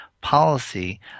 policy